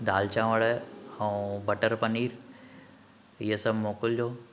दाल चांवर ऐं बटर पनीर इहे सभु मोकिलिजो